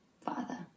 Father